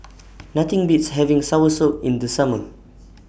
Nothing Beats having Soursop in The Summer